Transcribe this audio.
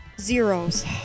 zeros